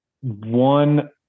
one